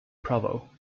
provo